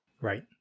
right